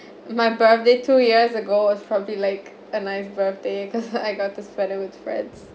my birthday two years ago was probably like a nice birthday cause I got to spend it with friends